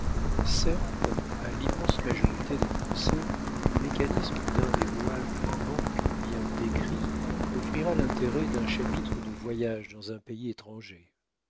certes à l'immense majorité des français le mécanisme d'un des rouages de la banque bien décrit offrira l'intérêt d'un chapitre de voyage dans un pays étranger